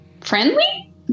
friendly